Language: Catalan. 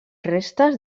restes